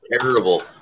terrible